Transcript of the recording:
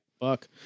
fuck